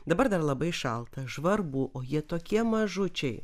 dabar dar labai šalta žvarbu o jie tokie mažučiai